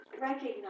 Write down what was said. Recognize